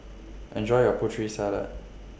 Enjoy your Putri Salad